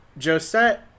Josette